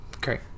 Great